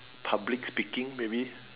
public speaking maybe